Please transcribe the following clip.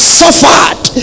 suffered